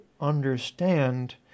understand